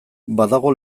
badago